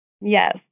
Yes